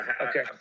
Okay